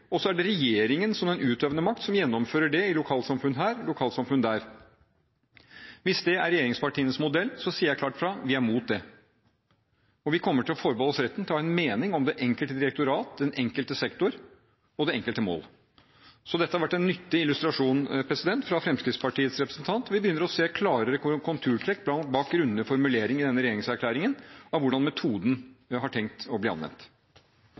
er det regjeringen som utøvende makt som gjennomfører det i lokalsamfunn her og lokalsamfunn der. Hvis det er regjeringspartienes modell, sier jeg klart fra: Vi er mot det, og vi kommer til å forbeholde oss retten til å ha en mening om det enkelte direktorat, den enkelte sektor og det enkelte mål. Dette har vært en nyttig illustrasjon fra Fremskrittspartiets representant. Vi begynner å se klarere konturtrekk bak grunnleggende formuleringer i denne regjeringserklæringen av hvordan metoden er tenkt å bli anvendt.